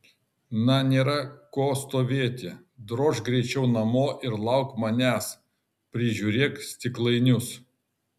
na nėra ko stovėti drožk greičiau namo ir lauk manęs prižiūrėk stiklainius